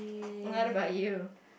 what about you